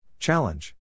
Challenge